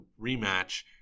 rematch